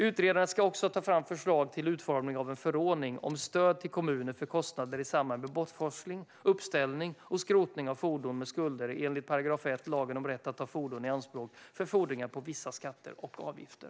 Utredaren ska också ta fram förslag till utformning av en förordning om stöd till kommuner för kostnader i samband med bortforsling, uppställning och skrotning av fordon med skulder enligt 1 § lagen om rätt att ta fordon i anspråk för fordringar på vissa skatter och avgifter.